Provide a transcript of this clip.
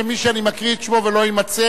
שמי שאני מקריא את שמו ולא יימצא,